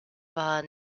war